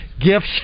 gifts